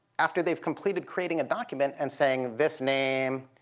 after they've completed creating a document and saying this name,